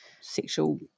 sexual